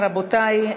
רבותי,